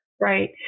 Right